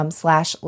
slash